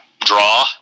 draw